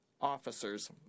officers